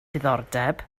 diddordeb